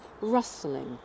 rustling